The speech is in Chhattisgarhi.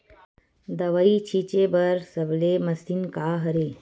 दवाई छिंचे बर सबले मशीन का हरे?